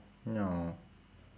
ya